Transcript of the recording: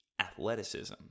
athleticism